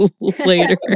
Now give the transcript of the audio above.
later